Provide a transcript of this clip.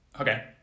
okay